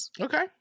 Okay